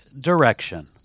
direction